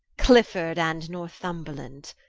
clifford and northumberland,